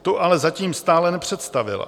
Tu ale zatím stále nepředstavila.